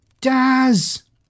Daz